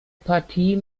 partie